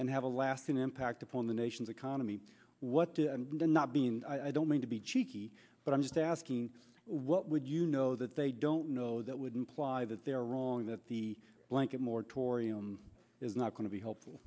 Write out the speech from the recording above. and have a lasting impact upon the nation's economy what the not being i don't mean to be cheeky but i'm just asking what would you know that they don't know that would imply that they're wrong that the blanket moratorium is not going to be helpful